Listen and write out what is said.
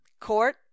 Court